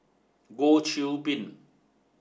Goh Qiu Bin